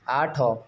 ଆଠ